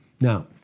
Now